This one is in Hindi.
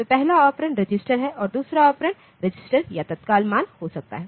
तो पहला ऑपरेंड रजिस्टर है और दूसरा ऑपरेंड रजिस्टर या तत्काल मान हो सकता है